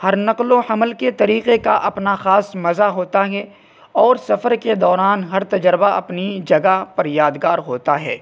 ہر نقل و حمل کے طریقے کا اپنا خاص مزہ ہوتا ہے اور سفر کے دوران ہر تجربہ اپنی جگہ پر یادگار ہوتا ہے